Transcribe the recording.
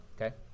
Okay